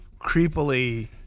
creepily